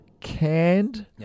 canned